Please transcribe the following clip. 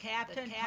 Captain